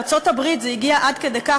בארצות-הברית זה הגיע עד כדי כך,